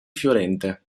fiorente